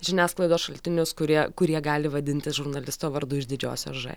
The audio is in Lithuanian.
žiniasklaidos šaltinius kurie kurie gali vadintis žurnalisto vardu išdidžios ž